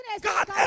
God